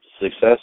success